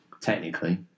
technically